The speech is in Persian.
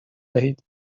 دهید